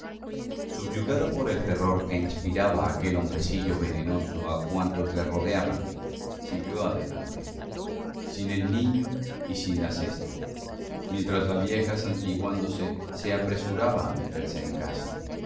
subyugada por el terror que inspiraba aquel hombrecillo venenoso a cuantos le rodeaban siguió adelante sin el niño y sin la cesta mientras la vieja santiguándose se apresuraba a meterse en casa